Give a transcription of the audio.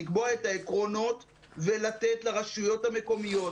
לקבוע את העקרונות ולתת לרשויות המקומיות,